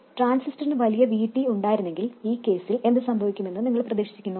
ട്രാൻസിസ്റ്ററിനു വലിയ Vt ഉണ്ടായിരുന്നെങ്കിൽ ഈ കേസിൽ എന്ത് സംഭവിക്കുമെന്ന് നിങ്ങൾ പ്രതീക്ഷിക്കുന്നു